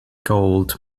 gold